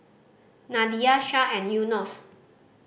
Nadia Shah and Yunos